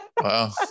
Wow